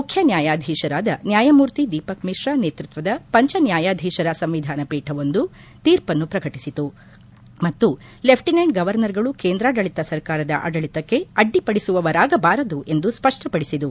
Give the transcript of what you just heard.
ಮುಖ್ಯನ್ಯಾಯಾಧೀಶರಾದ ನ್ಯಾಯಮೂರ್ತಿ ದೀಪಕ್ ಮಿಶ್ರಾ ನೇತೃತ್ವದ ಪಂಚ ನ್ಯಾಯಾಧೀಶರ ಸಂವಿಧಾನ ಪೀಠವೊಂದು ತೀರ್ಪನ್ನು ಪ್ರಕಟಿಸಿತು ಮತ್ತು ಲೆಫ್ಟಿನೆಂಟ್ ಗೌವರ್ನರ್ಗಳು ಕೇಂದ್ರಾಡಳಿತ ಸರ್ಕಾರದ ಆಡಳಿತಕ್ಕೆ ಅಡ್ಡಿಪಡಿಸುವವರಾಗಬಾರದು ಎಂದು ಸ್ಪಷ್ಪಡಿಸಿತು